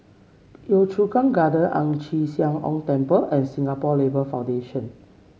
Yio Chu Kang Gardens Ang Chee Sia Ong Temple and Singapore Labour Foundation